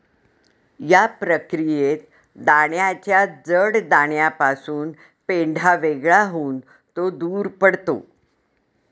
या प्रक्रियेत दाण्याच्या जड दाण्यापासून पेंढा वेगळा होऊन तो दूर पडतो